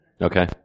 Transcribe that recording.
Okay